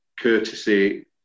courtesy